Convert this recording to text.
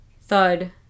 Thud